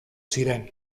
ziren